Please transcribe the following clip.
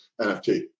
NFT